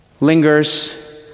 lingers